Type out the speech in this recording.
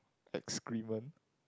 excrement